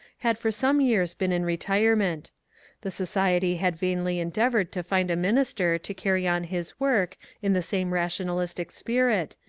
had for some years been in retirement the society had vainly endeavoured to find a minister to carry on his work in the same rationalistic spirit,